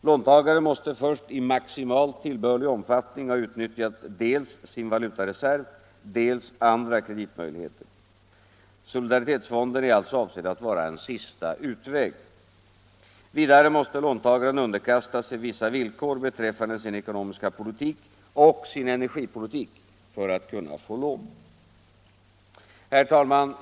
Låntagaren måste först i maximalt tillbörlig omfattning ha utnyttjat dels sin valutareserv, dels andra kreditmöjligheter. Solidaritetsfonden är således avsedd att vara en sista utväg. Vidare måste låntagaren underkasta sig vissa villkor beträffande sin ekonomiska politik och sin energipolitik för att kunna få lån. Herr talman!